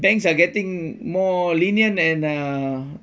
banks are getting more lenient and uh